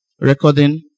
Recording